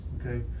okay